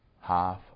half